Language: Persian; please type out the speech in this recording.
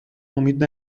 امید